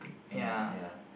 you know ya